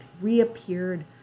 reappeared